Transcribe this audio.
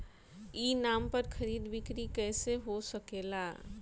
ई नाम पर खरीद बिक्री कैसे हो सकेला?